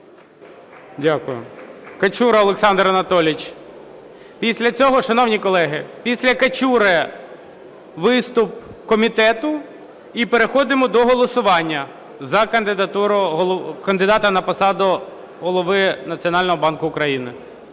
Дякую. Качура Олександр Анатолійович. Після цього, шановні колеги, після Качури виступ комітету – і переходимо до голосування за кандидата на посаду Голови Національного банку України.